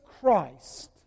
Christ